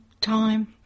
time